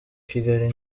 kigali